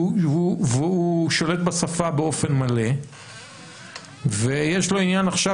והוא שולט בשפה באופן מלא ויש לו עניין עכשיו,